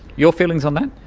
your feelings on that?